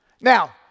Now